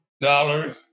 dollar